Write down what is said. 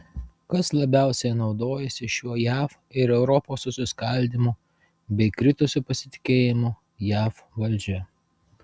kas labiausiai naudojasi šiuo jav ir europos susiskaldymu bei kritusiu pasitikėjimu jav valdžia